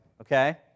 okay